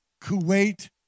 Kuwait